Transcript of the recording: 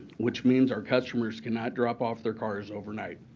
which means our customers cannot drop off their cars overnight.